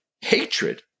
hatred